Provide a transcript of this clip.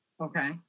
Okay